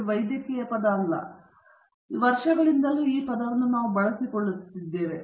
ಇದು ಕೇವಲ ಒಂದು ಶಾಸ್ತ್ರೀಯ ಪದವಾಗಿದೆ ಇದು ವರ್ಷಗಳಿಂದಲೂ ಉಳಿದುಕೊಂಡಿದೆ